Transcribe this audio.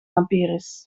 lampiris